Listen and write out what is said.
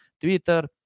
twitter